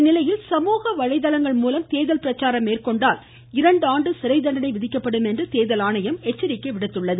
இந்நிலையில் சமூக வலைதளங்கள்மூலம் தேர்தல் பிரச்சாரம் மேற்கொண்டால் இரண்டு ஆண்டு சிறைதண்டனை விதிக்கப்படும் என்று தேர்தல் ஆணையம் எச்சரிக்கை விடுத்துள்ளது